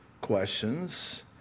questions